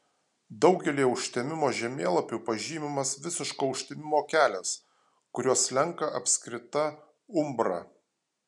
daugelyje užtemimo žemėlapių pažymimas visiško užtemimo kelias kuriuo slenka apskrita umbra